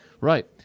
Right